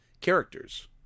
characters